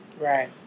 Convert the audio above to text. Right